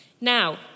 Now